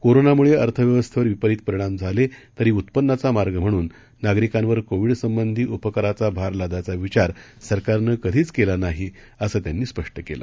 कोरोनामुळे अर्थव्यवस्थेवर विपरित परिणाम झाले तरी उत्पन्नाचा मार्ग म्हणून नागरिकांवर कोविडसंबंधी उपकराचा भार लादायचा विचार सरकारनं कधीच केला नाही असं त्यांनी स्पष्ट केलं